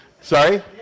sorry